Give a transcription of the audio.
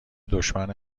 دشمن